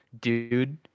dude